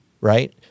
right